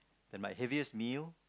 and my heaviest meal